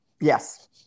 yes